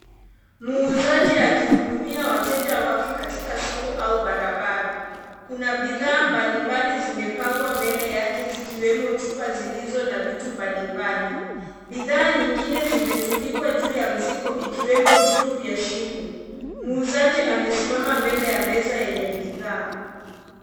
Muuzaji akihudumia wateja wake katika soko au barabara. Kuna bidhaa mbalimbali zimepangwa mbele yake zikiwemo chupa zilizo na vitu mbalimbali. Bidhaa nyingine zimetundikwa juu ya mzigo vikiwemo vitu vya shingo. Muuzaji amesimama mbele ya meza yenye bidhaa.